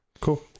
Cool